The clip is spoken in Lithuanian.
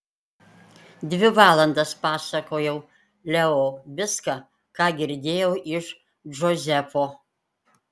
dvi valandas pasakojau leo viską ką girdėjau iš džozefo